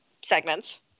segments